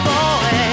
Boy